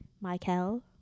Michael